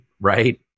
right